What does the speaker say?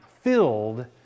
filled